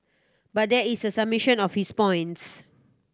but here is a summation of his points